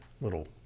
little